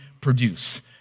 produce